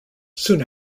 soon